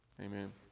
Amen